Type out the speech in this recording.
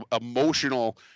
Emotional